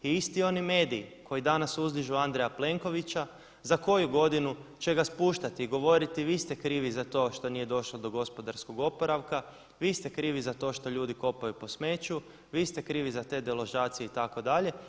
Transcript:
I isti oni mediji koji danas uzdižu Andreja Plenkovića za koju godinu će ga spuštati i govoriti vi ste krivi za to što nije došlo do gospodarskog oporavka, vi ste krivi za to što ljudi kopaju po smeću, vi ste krivi za te deložacije itd.